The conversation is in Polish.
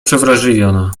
przewrażliwiona